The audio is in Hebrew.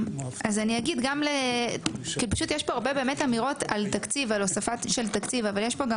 יש פה הרבה אמירות על הוספת תקציב אבל יש פה גם